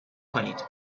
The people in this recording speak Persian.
کنید